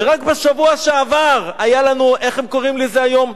ורק בשבוע שעבר היה לנו, איך הם קוראים לזה היום,